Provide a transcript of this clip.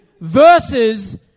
versus